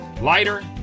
Lighter